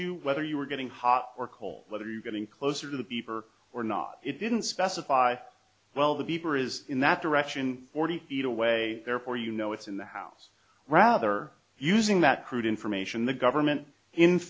you whether you were getting hot or cold whether you getting closer to the beeper or not it didn't specify well the beeper is in that direction forty feet away therefore you know it's in the house rather using that crude information the government in